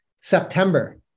September